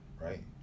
right